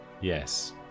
yes